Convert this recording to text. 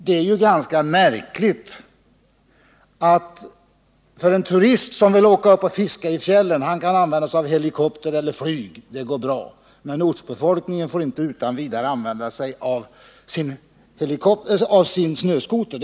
Det är märkligt att det går bra för en turist som vill åka upp och fiska att använda sig av helikopter eller flyg, men ortsbefolkningen får inte utan vidare använda sig av sina snöskotrar.